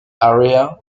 area